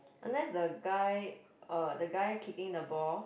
unless the guy uh the guy kicking the ball